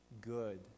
good